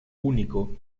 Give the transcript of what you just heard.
único